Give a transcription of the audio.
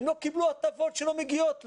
הם לא קיבלו הטבות שלא מגיעות להם,